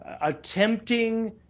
attempting